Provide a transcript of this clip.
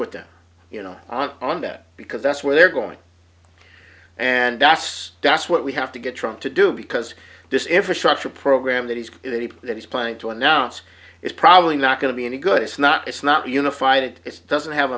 with them you know on that because that's where they're going and that's that's what we have to get trying to do because this infrastructure program that he's that he's planning to announce is probably not going to be any good it's not it's not unified it doesn't have